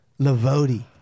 Lavoti